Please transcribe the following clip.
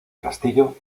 castillo